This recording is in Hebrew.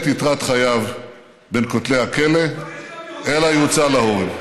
את יתרת חייו בין כותלי הכלא אלא יוצא להורג.